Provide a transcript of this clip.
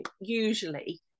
usually